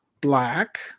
black